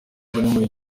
muri